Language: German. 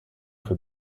für